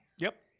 yep,